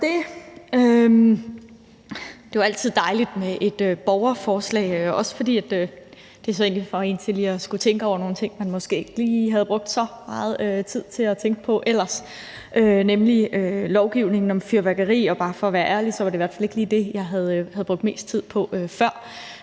Det er jo altid dejligt med et borgerforslag, også fordi det egentlig får en til lige at skulle tænke over nogle ting, man måske ikke havde brugt så meget tid på at tænke på ellers – her lovgivningen om fyrværkeri. Og bare for at være ærlig var det i hvert fald ikke lige det, jeg havde brugt mest tid på, før